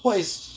what is